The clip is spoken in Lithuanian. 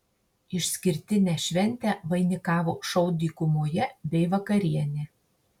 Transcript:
išskirtinę šventę vainikavo šou dykumoje bei vakarienė